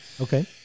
Okay